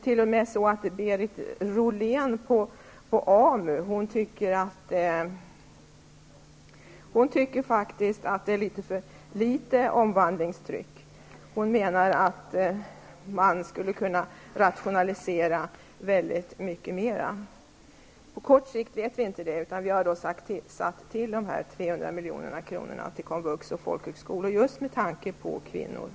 Till och med Berit Rollén på AMU tycker faktiskt att omvandlingstrycket är för litet. Hon menar att man skulle kunna rationalisera mycket mera. På kort sikt vet vi inte om det kan ske, och vi har därför föreslagit dessa ytterligare 300 milj.kr. till komvux och folkhögskolor, just med tanke på kvinnorna.